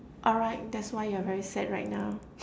alright that's why you're very sad right now